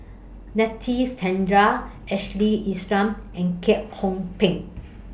Nadasen Chandra Ashley Isham and Kwek Hong Png